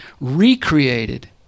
recreated